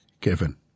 given